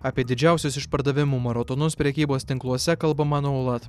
apie didžiausius išpardavimų maratonus prekybos tinkluose kalbama nuolat